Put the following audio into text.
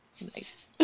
Nice